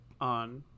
on